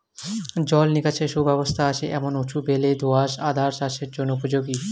জল নিকাশের সুব্যবস্থা আছে এমন উঁচু বেলে দোআঁশ আদা চাষের জন্য উপযোগী